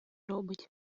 робить